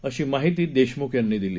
अशी माहिती देशमुख यांनी दिली